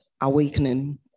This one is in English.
awakening